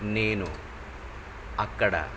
నేను అక్కడ